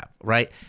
right